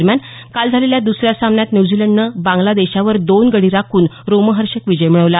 दरम्यान काल झालेल्या दुसऱ्या सामन्यात न्यूझीलंडनं बांगला देशावर दोन गडी राखून रोमहर्षक विजय मिळवला